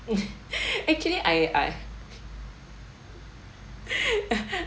actually I I